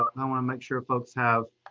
i want to make sure folks have,